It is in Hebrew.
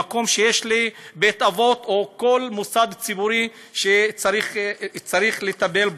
במקום שיש בית אבות או כל מוסד ציבורי שצריך לטפל בו.